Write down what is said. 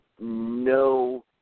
no